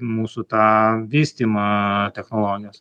mūsų tą vystymą technologijos